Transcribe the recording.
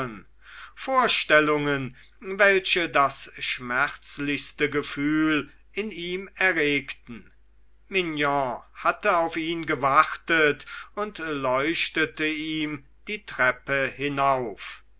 vorstellungen welche das schmerzlichste gefühl in ihm erregten mignon hatte auf ihn gewartet und leuchtete ihm die treppe hinauf